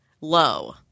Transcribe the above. low